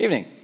Evening